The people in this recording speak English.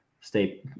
stay